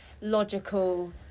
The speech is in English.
logical